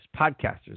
podcasters